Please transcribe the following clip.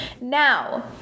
Now